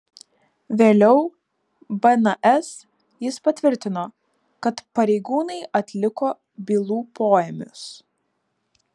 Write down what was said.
vėliau bns jis patvirtino kad pareigūnai atliko bylų poėmius